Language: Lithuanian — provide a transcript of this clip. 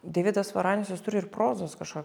deividas varanius jis turi ir prozos kašo